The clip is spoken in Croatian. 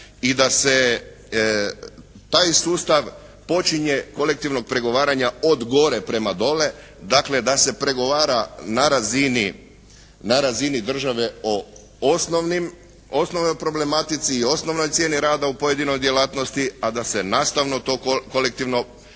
i da se taj sustav počinje kolektivnog pregovaranja od gore prema gore, dakle da se pregovara na razini države o osnovnoj problematici i osnovnoj cijeni rada u pojedinoj djelatnosti, a da se nastavno to kolektivno pregovaranje